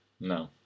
No